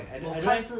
我看是